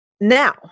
Now